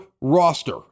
roster